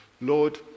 Lord